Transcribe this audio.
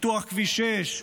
מעבדות מחקר, פיתוח כביש 6,